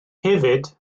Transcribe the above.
hefyd